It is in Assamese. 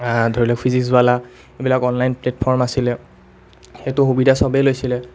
ধৰি লওক ফিজিক্সৱালা এইবিলাক অনলাইন প্লেটফৰ্ম আছিলে সেইটো সুবিধা চবে লৈছিলে